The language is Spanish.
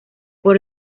por